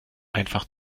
einfach